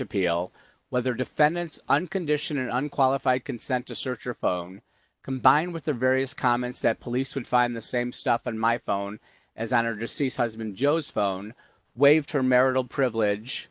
appeal whether defendant's unconditional unqualified consent to search your phone combined with the various comments that police would find the same stuff on my phone as honor deceased husband joe's phone waived her marital privilege